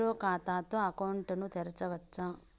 Zero ఖాతా తో account ను తెరవచ్చా?